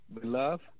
beloved